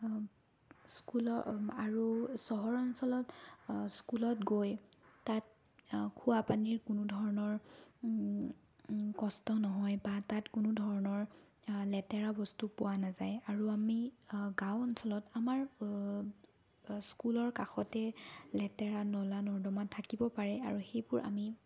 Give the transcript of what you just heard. স্কুলৰ আৰু চহৰ অঞ্চলত স্কুলত গৈ তাত খোৱা পানীৰ কোনোধৰণৰ কষ্ট নহয় বা তাত কোনোধৰণৰ লেতেৰা বস্তু পোৱা নাযায় আৰু আমি গাওঁ অঞ্চলত আমাৰ স্কুলৰ কাষতে লেতেৰা নলা নৰ্দমা থাকিব পাৰে আৰু সেইবোৰ আমি